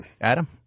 Adam